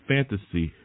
Fantasy